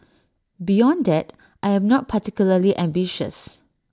beyond that I am not particularly ambitious